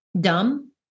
dumb